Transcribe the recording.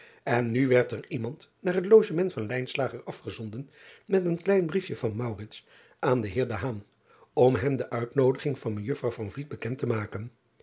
n nu werd er iemand naar het logement van afgezonden met een klein briefje van aan den eer om hem de uitnoodiging van ejuffr bekend te maken